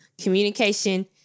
Communication